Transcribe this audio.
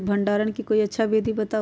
भंडारण के कोई अच्छा विधि बताउ?